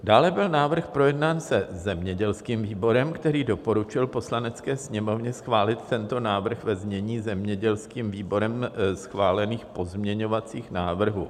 Dále byl návrh projednán se zemědělským výborem, který doporučil Poslanecké sněmovně schválit tento návrh ve znění zemědělským výborem schválených pozměňovacích návrhů.